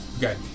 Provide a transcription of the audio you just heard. Okay